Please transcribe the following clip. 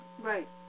Right